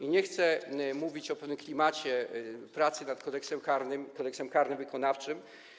i nie chcę mówić o pewnym klimacie pracy nad Kodeksem karnym, Kodeksem karnym wykonawczym.